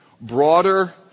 Broader